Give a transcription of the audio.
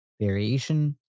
variation